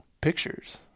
pictures